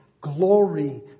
glory